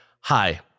Hi